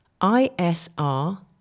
ISR